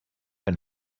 and